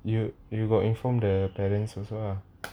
you you got inform the parents also ah